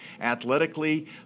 athletically